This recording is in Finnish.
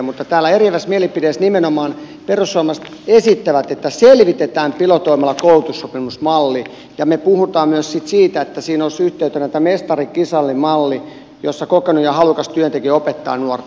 mutta täällä eriävässä mielipiteessä nimenomaan perussuomalaiset esittävät että selvitetään pilotoimalla koulutussopimusmalli ja me puhumme myös siitä että siinä olisi yhteytenä tämä mestarikisälli malli jossa kokenut ja halukas työntekijä opettaa nuorta